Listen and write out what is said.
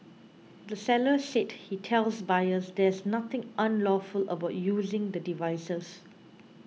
the seller said he tells buyers there's nothing unlawful about using the devices